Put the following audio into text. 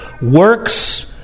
works